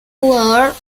jugador